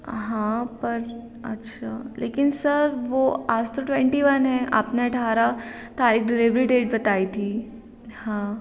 हाँ पर अच्छा लेकिन सर वह आज तो ट्वेन्टी वन है आपने अठारह तारीख डिलीवरी डेट बताई थी हाँ